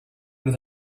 that